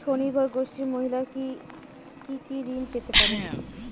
স্বনির্ভর গোষ্ঠীর মহিলারা কি কি ঋণ পেতে পারে?